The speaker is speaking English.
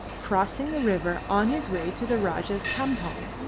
crossing the river on his way to the rajah's campong,